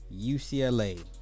UCLA